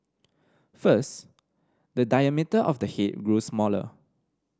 first the diameter of the head grew smaller